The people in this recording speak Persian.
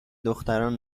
دختران